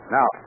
Now